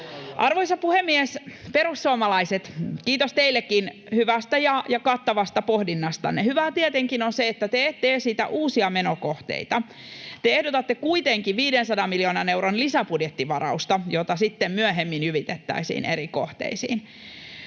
Arvoisa puhemies! Perussuomalaiset. Kiitos teillekin hyvästä ja kattavasta pohdinnastanne. Hyvää tietenkin on se, että te ette esitä uusia menokohteita. Te ehdotatte kuitenkin 500 miljoonan euron lisäbudjettivarausta, jota sitten myöhemmin jyvitettäisiin eri kohteisiin.